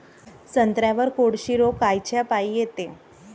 संत्र्यावर कोळशी रोग कायच्यापाई येते?